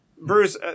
Bruce